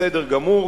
בסדר גמור,